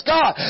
God